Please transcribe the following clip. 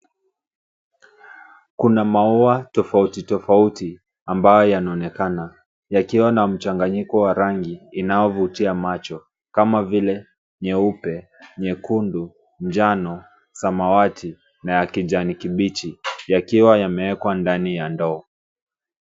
Kuna maua tofauti, tofauti ambayo yanaonekana yakiwa na mchanganyiko wa rangi inaovutia macho kama vile nyeupe, nyekundu, njano, samawati na ya kijani kibichi, yakiwa yamewekwa ndani ya ndoo.